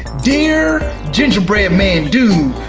dear gingerbread man dude,